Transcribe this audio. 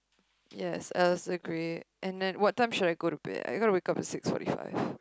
yes Alice the Great and then what time should I go to bed I gotta wake up at six forty five